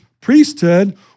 priesthood